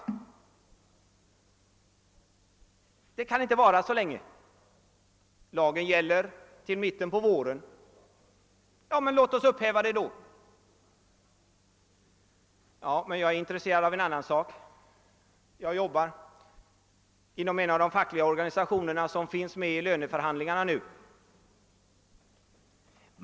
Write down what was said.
Priskontrollen kan inte bestå så länge. Lagen gäller fram till mitten på våren, och då kan vi alltså upphäva den. Men jag är intresserad också av en annan sak. Jag arbetar inom en av de fackliga organisationer som deltar i de nu pågående löneförhandlingarna.